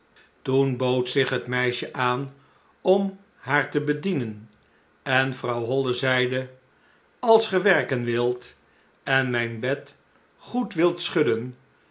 toen bood zich het meisje aan om haar te bedienen en vrouw holle zeide als ge werken wilt en mijn bed goed wilt schudden